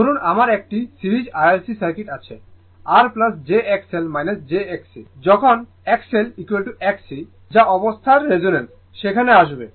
ধরুন আমার একটি সিরিজ RLC সার্কিট আছে R jXL XC যখন XLXC যা অবস্থার রেজোন্যান্স সেখানে আসবে